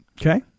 Okay